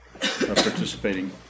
participating